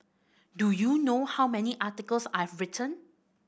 do you know how many articles I've written